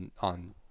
on